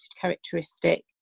characteristic